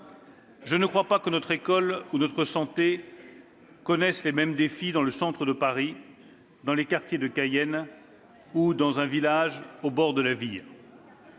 Je ne crois pas que notre école ou notre système de santé soient confrontés aux mêmes défis dans le centre de Paris, dans les quartiers de Cayenne ou dans un village au bord de la Vire.